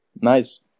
Nice